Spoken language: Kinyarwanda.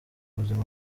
ubuzima